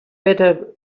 better